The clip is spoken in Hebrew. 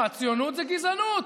ציונות זה גזענות.